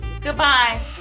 Goodbye